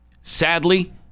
Sadly